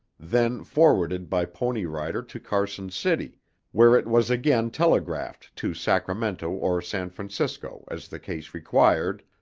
then forwarded by pony rider to carson city where it was again telegraphed to sacramento or san francisco as the case required,